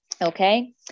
Okay